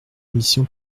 ambition